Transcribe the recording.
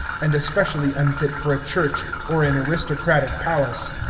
and especially unfit for a church or an aristocratic palace.